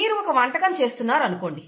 మీరు ఒక వంటకం చేస్తున్నారు అనుకోండి